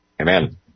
Amen